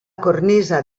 cornisa